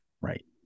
Right